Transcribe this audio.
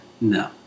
No